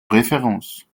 référence